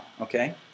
Okay